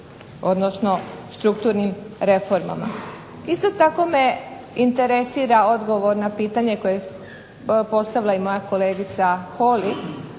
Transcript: odnosno strukturnim reformama. Isto tako me interesira odgovor na pitanje koje je postavila moja kolegica HOly,